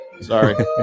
Sorry